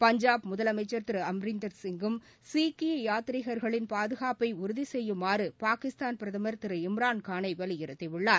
பஞ்சாப் முதலமைச்சர் திரு அம்ரிந்தர் சிங்கும் சீக்கிய யாத்ரிகர்களின் பாதகாப்பை உறுதி செய்யுமாறு பாகிஸ்தான் பிரதமர் திரு இம்ரான்கானை வலியறுத்தியுள்ளார்